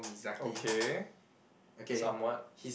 okay somewhat